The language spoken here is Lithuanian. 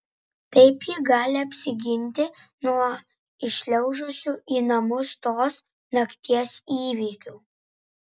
taip ji gali apsiginti nuo įšliaužusių į namus tos nakties įvykių